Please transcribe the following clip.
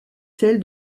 celle